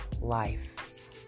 life